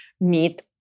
meet